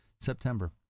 September